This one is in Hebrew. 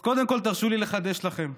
אז קודם כול, תרשו לי לחדש לכם: